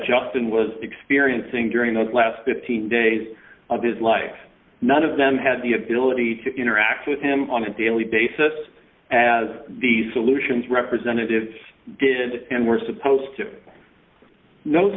justin was experiencing during the last fifteen days of his life none of them had the ability to interact with him on a daily basis as the solutions representative did and were supposed to